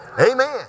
Amen